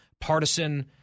partisan